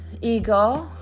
ego